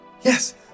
yes